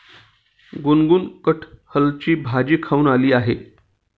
गुनगुन कठहलची भाजी खाऊन आली आहे